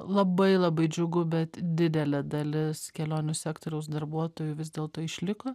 labai labai džiugu bet didelė dalis kelionių sektoriaus darbuotojų vis dėlto išliko